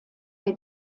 der